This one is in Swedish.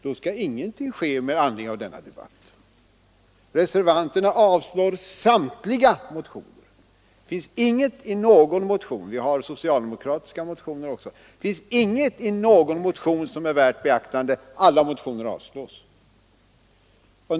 Då skall ingenting ske med anledning av denna debatt. Reservanterna avstyrker samtliga motioner. Det finns inget i någon motion — vi har socialdemokratiska motioner också — som är värt beaktande enligt reservanterna; alla motioner avstyrks.